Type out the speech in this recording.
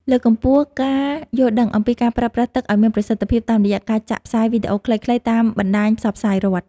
លើកកម្ពស់ការយល់ដឹងអំពីការប្រើប្រាស់ទឹកឱ្យមានប្រសិទ្ធភាពតាមរយៈការចាក់ផ្សាយវីដេអូខ្លីៗតាមបណ្ដាញផ្សព្វផ្សាយរដ្ឋ។